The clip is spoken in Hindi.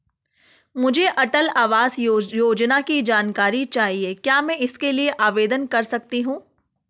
मुझे अटल आवास योजना की जानकारी चाहिए क्या मैं इसके लिए आवेदन कर सकती हूँ?